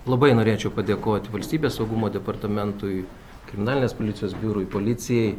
labai norėčiau padėkot valstybės saugumo departamentui kriminalinės policijos biurui policijai